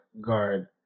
guard